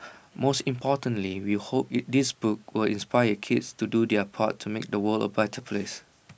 most importantly we hope this this book will inspire kids to do their part to make the world A better place